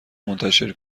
منتشر